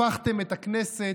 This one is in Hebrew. הפכתם את הכנסת,